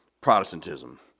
Protestantism